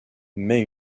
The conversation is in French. mais